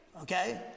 okay